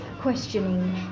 questioning